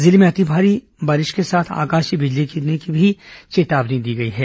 जिले में अति भारी बारिश के साथ आकाशीय बिजली गिरने की चेतावनी भी दी गई है